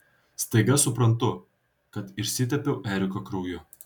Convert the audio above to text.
staiga suprantu kad išsitepiau eriko krauju